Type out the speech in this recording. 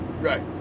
Right